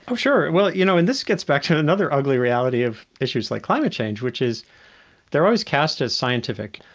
um sure. well, you know, and this gets back to another ugly reality of issues like climate change, which is they're always cast as scientific.